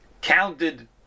counted